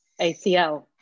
ACL